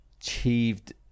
Achieved